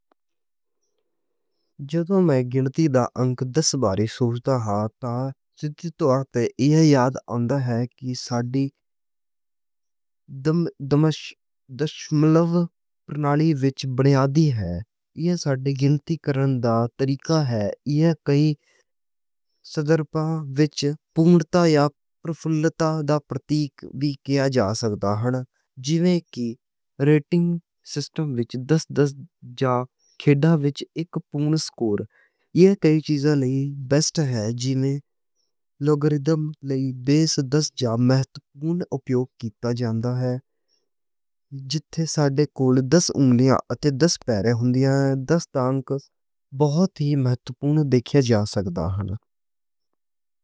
جدوں میں گنتی دا انک دس بارے سوچدا ہاں۔ تاں سدھے طور تے ایہ یاد آؤندا ہے۔ کہ ساڈی دماغی دشملی پرنالی وچ بنیادی ہے۔ ایہ ساڈی گنتی کرنے دا طریقہ ہے۔ ایہ کئی سُکھالا وچ پُورنتا یا پرفُلتا دا پرتیک وی کیتا جا سکدا ہے۔ جیویں کہ ریٹنگ سسٹم وچ دس دس یا کھیل وچ اک پُورَن سکور۔ ایہ کئی چیزاں دے لئی بہترین ہے۔ جنہاں وچ لوگرتھم بیس دس جیویں مہتوپُرَن اپیوگ کیتا جاندا ہے۔ جدھوں ساڈے کول دس اُنگلاں اتے دس پَیراں ہوندیاں ہن۔ دس دا انک بہت مہتوپورَن ویکھیا جا سکدا ہے۔